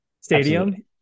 stadium